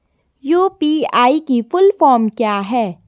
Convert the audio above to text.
UPI की full form क्या है?